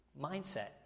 mindset